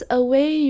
away